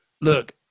look